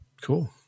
Cool